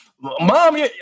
Mom